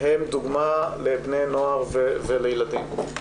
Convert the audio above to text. הם דוגמה לבני נוער ולילדים.